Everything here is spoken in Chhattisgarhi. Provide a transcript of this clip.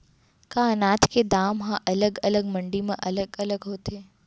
का अनाज के दाम हा अलग अलग मंडी म अलग अलग होथे?